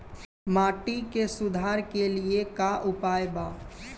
माटी के सुधार के लिए का उपाय बा?